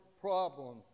problem